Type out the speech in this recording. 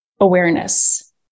awareness